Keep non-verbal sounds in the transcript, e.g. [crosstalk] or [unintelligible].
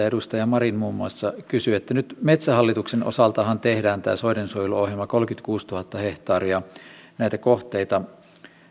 [unintelligible] edustaja marin muun muassa kysyi nyt metsähallituksen osaltahan tehdään tämä soidensuojeluohjelma kolmekymmentäkuusituhatta hehtaaria näitä kohteita